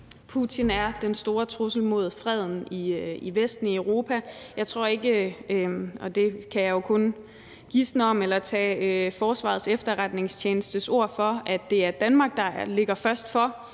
Putin er den store trussel mod freden i Vesten, i Europa. Jeg tror ikke – og det kan jeg jo kun gisne om eller tage Forsvarets Efterretningstjenestes ord for – at det er Danmark, der ligger først for